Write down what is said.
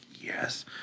yes